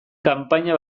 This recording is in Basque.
kanpaina